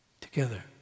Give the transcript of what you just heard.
together